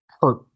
hurt